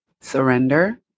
Surrender